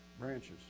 branches